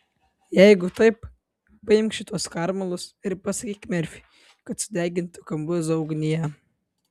jeigu taip paimk šituos skarmalus ir pasakyk merfiui kad sudegintų kambuzo ugnyje